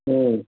ம்